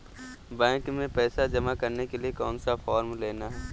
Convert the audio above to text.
Bank में पैसा जमा करने के लिए कौन सा फॉर्म लेना है?